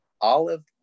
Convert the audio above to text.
olive